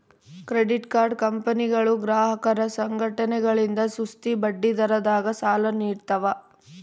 credit card ಕಂಪನಿಗಳು ಗ್ರಾಹಕರ ಸಂಘಟನೆಗಳಿಂದ ಸುಸ್ತಿ ಬಡ್ಡಿದರದಾಗ ಸಾಲ ನೀಡ್ತವ